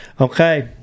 Okay